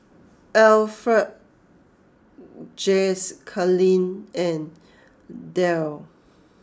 Alferd Jacalyn and Derl